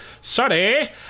sorry